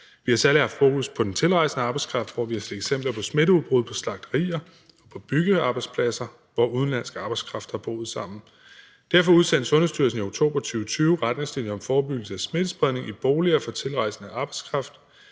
Vi har særlig haft fokus på den tilrejsende arbejdskraft, hvor vi har set eksempler på smitteudbrud på slagterier og på byggearbejdspladser, hvor udenlandsk arbejdskraft har boet sammen. Derfor udsendte Sundhedsstyrelsen i oktober 2020 retningslinjer for forebyggelse af smittespredning i boliger for tilrejsende arbejdskraft.